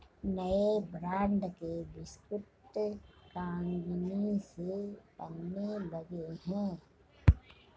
नए ब्रांड के बिस्कुट कंगनी से बनने लगे हैं